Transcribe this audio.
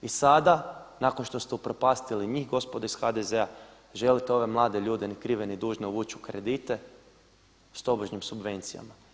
I sada nakon što ste upropastili njih gospodo iz HDZ-a želite ove mlade ljude ni krive ni dužne uvući u kredite s tobožnjim subvencijama.